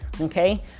okay